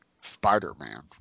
Spider-Man